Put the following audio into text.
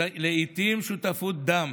לעיתים שותפות דם,